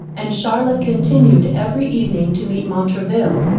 and charlotte continued every evening to meet montraville,